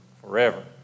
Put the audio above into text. forever